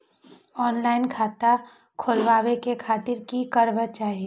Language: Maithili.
ऑनलाईन खाता खोलाबे के खातिर कि करबाक चाही?